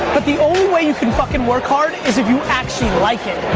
but the only way you can fuckin' work hard is if you actually like it.